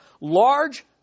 large